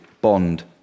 bond